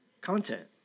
content